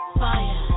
fire